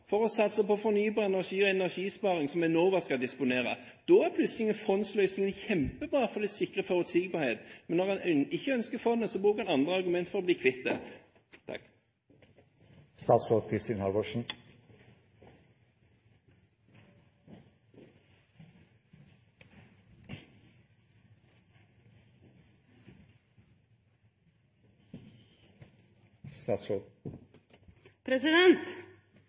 for å satse på fornybar energi og energisparing, som Enova skal disponere. Da er plutselig en fondsløsning kjempebra, for det sikrer forutsigbarhet. Men når en ikke ønsker Forskningsfondet, bruker en andre argumenter for å bli kvitt